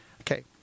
Okay